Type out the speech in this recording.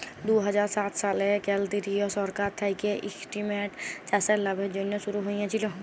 দু হাজার সাত সালে কেলদিরিয় সরকার থ্যাইকে ইস্কিমট চাষের লাভের জ্যনহে শুরু হইয়েছিল